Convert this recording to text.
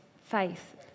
faith